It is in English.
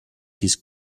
his